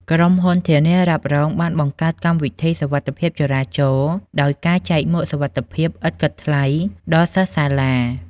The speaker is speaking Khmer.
ក្រុមហ៊ុនធានារ៉ាប់រងបានបង្កើតកម្មវិធី សុវត្ថិភាពចរាចរណ៍ ដោយការចែកមួកសុវត្ថិភាពឥតគិតថ្លៃដល់សិស្សសាលា។